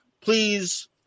Please